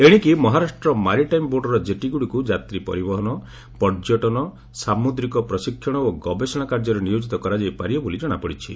ଏଶିକି ମହାରାଷ୍ଟ୍ର ମାରିଟାଇମ୍ ବୋର୍ଡର ଜେଟୀଗୁଡ଼ିକୁ ଯାତ୍ରୀ ପରିବହନ ପର୍ଯ୍ୟଟନ ସାମୁଦ୍ରିକ ପ୍ରଶିକ୍ଷଣ ଓ ଗବେଷଣା କାର୍ଯ୍ୟରେ ନିୟୋଜିତ କରାଯାଇ ପାରିବ ବୋଲି ଜଣାପଡ଼ିଛି